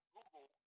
Google